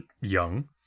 young